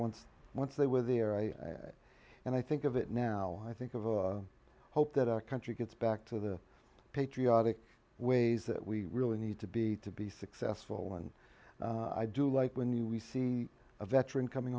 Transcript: once once they were there and i think of it now i think of a hope that our country gets back to the patriotic ways that we really need to be to be successful and i do like when you see a veteran coming